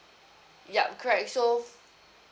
yup correct so